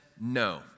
no